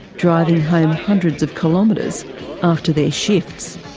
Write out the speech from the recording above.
driving home hundreds of kilometres after their shifts.